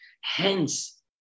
Hence